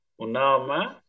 Unama